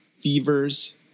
fevers